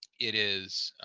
it is